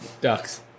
Ducks